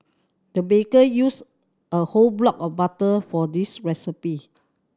the baker used a whole block of butter for this recipe